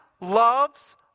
loves